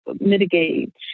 mitigate